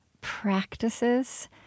practices